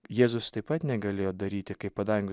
jėzus taip pat negalėjo daryti kaip padangių